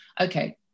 Okay